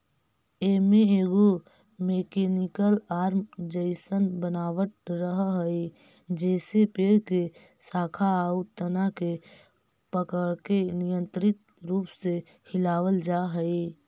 एमे एगो mechanical arm जइसन बनावट रहऽ हई जेसे पेड़ के शाखा आउ तना के पकड़के नियन्त्रित रूप से हिलावल जा हई